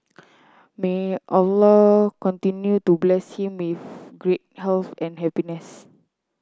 may Allah continue to bless him with good health and happiness